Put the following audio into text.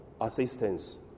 assistance